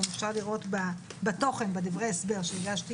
גם אפשר לראות בתוכן בדברי ההסבר שהגשתי